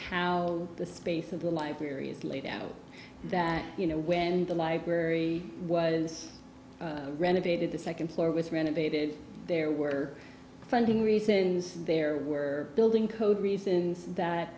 how the space of the library is laid out that you know when the library was renovated the second floor was renovated there were funding reasons there were building code reasons that